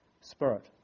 Spirit